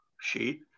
sheet